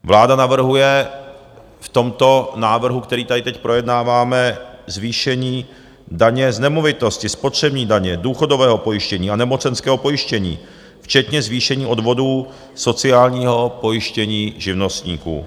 Vláda navrhuje v tomto návrhu, který tady teď projednáváme, zvýšení daně z nemovitosti, spotřební daně, důchodového pojištění a nemocenského pojištění včetně zvýšení odvodů sociálního pojištění živnostníkům.